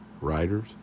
writers